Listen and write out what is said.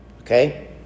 Okay